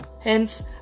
Hence